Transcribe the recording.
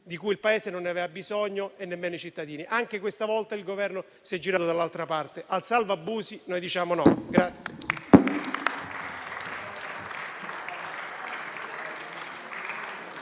di cui il Paese non aveva bisogno e nemmeno i cittadini. Anche questa volta, il Governo si è girato dall'altra parte. Al salva abusi noi diciamo no.